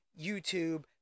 YouTube